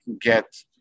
get